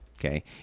okay